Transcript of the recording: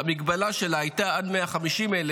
המגבלה שלה הייתה עד 150,000,